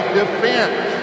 defense